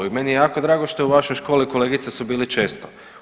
I meni je jako drago što je u vašoj školi kolegice su bile često.